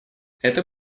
это